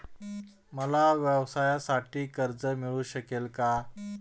मला व्यवसायासाठी कर्ज मिळू शकेल का?